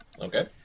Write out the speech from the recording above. Okay